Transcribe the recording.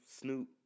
Snoop